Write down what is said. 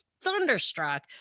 thunderstruck